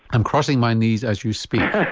i'm crossing my knees as you speak.